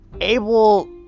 able